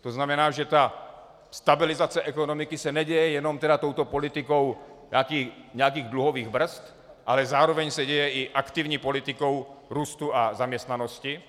To znamená, že stabilizace ekonomiky se neděje jenom politikou nějakých dluhových brzd, ale zároveň se děje i aktivní politikou růstu a zaměstnanosti.